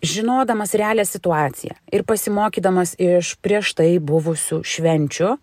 žinodamas realią situaciją ir pasimokydamas iš prieš tai buvusių švenčių